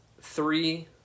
three